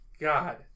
God